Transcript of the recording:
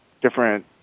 different